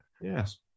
Yes